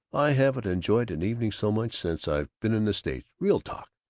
i haven't enjoyed an evening so much since i've been in the states. real talk.